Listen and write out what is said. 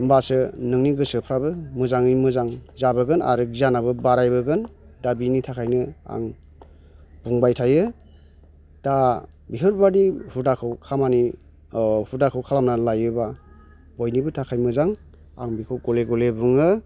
होमबासो नोंनि गोसोफ्राबो मोजाङै मोजां जाबोगोन आरो गियानाबो बारायबोगोन दा बेनि थाखायनो आं बुंबाय थायो दा बेफोरबायदि हुदाखौै खामानि हुदाखौ खालामनानै लायोबा बयनिबो थाखाय मोजां आं बेखौ गले गले बुङो